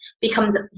becomes